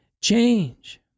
change